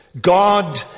God